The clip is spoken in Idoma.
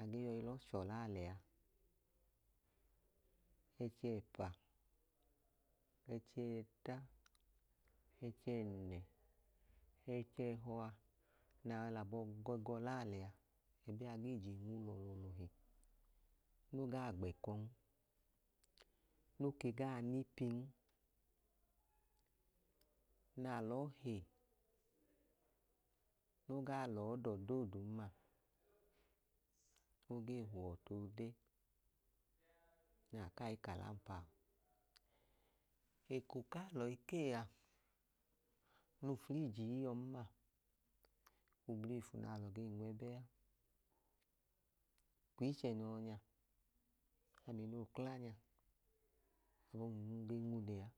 Agee yọi lọọ chọlaa lẹa ẹchẹ ẹpa ẹchẹ ẹta ẹchẹẹnẹ ẹch'ẹhọa na yọi labọ gọgọ laa lẹa ẹbẹa ge je nwu lọọlọhi no gaa gbẹkọn, no ke gaa nipin na lọ he ngaa l'ọọdọ dooduma ma oge huọ ọtu ole nakai ka laọmpaọ. Eko k'alọ ekee a nu fliiji iyon'ma oblifu n'alọ gei nwẹbẹ aa. Kwiichẹ no yọ nya ami noo kla nya, abun ge nwu lẹa.